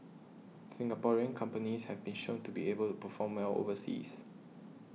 Singaporean companies have been shown to be able to perform well overseas